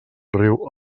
riu